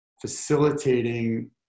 facilitating